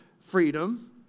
freedom